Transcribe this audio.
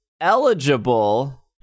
Eligible